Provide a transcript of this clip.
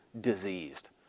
diseased